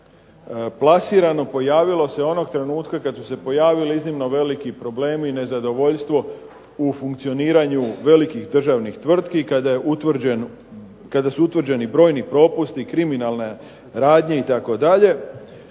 plasirano, pojavilo se onog trenutka kad su se pojavili iznimno veliki problemi i nezadovoljstvo u funkcioniranju velikih državnih tvrtki kada su utvrđeni brojni propusti, kriminalne radnje itd.,